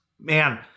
Man